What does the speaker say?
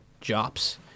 jobs